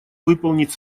выполнить